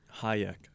Hayek